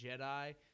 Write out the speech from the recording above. Jedi